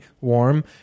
warm